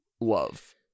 love